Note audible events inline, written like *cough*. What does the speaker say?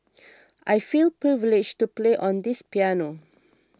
*noise* I feel privileged to play on this piano